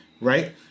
right